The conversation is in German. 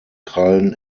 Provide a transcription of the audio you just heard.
krallen